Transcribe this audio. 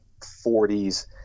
40s